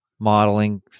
modeling